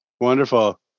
Wonderful